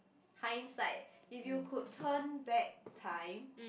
hindsight if you could turn back time